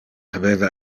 habeva